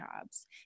jobs